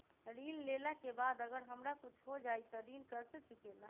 ऋण लेला के बाद अगर हमरा कुछ हो जाइ त ऋण कैसे चुकेला?